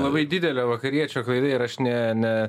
labai didelė vakariečio klaida ir aš ne ne